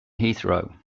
heathrow